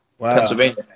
Pennsylvania